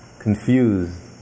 confused